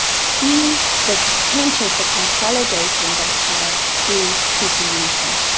see the potential for consolidating that power through hutu unity.